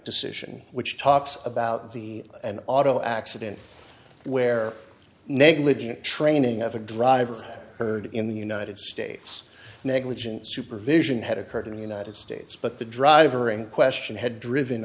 decision which talks about the an auto accident where negligent training of a driver heard in the united states negligent supervision had occurred in the united states but the driver in question had driven